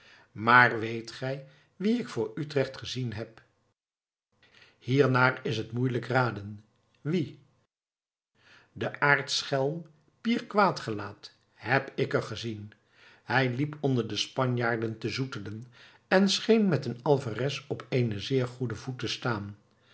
maar weet gij wien ik voor utrecht gezien heb hiernaar is moeielijk te raden wien den aartsschelm pier quaet gelaet heb ik er gezien hij liep onder de spanjaarden te zoetelen en scheen met eenen alferes op eenen zeer goeden voet te staan